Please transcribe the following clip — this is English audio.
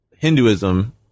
Hinduism